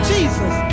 Jesus